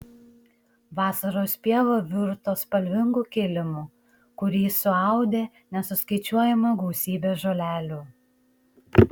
vasaros pieva virto spalvingu kilimu kurį suaudė nesuskaičiuojama gausybė žolelių